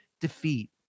defeat